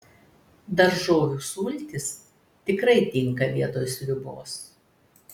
daržovių sultys tikrai tinka vietoj sriubos